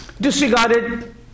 disregarded